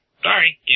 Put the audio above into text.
Sorry